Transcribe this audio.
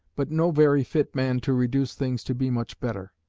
but no very fit man to reduce things to be much better.